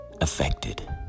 affected